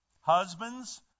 Husbands